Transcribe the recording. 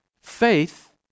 Faith